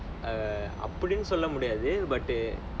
err அப்படினு சொல்ல முடியாது:appadinu solla mudiyaathu but err